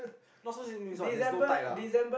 not so safe means what there's no tight lah